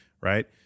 right